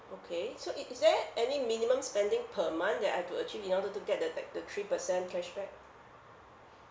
okay so it's there any minimum spending per month that I've to achieve in order to get the back the three percent cashback